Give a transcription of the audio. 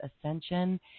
ascension